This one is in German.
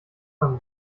beim